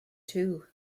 two